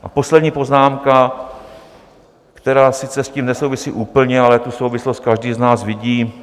A poslední poznámka, která s tím sice nesouvisí úplně, ale tu souvislost každý z nás vidí.